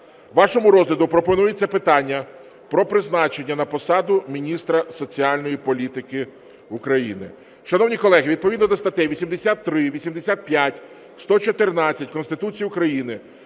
Вашому розгляду пропонується питання про призначення на посаду міністра соціальної політики України. Шановні колеги, відповідно до статей 83, 85, 114 Конституції України